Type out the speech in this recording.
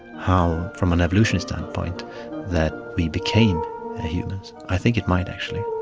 how from an evolutionary standpoint that we became humans? i think it might actually.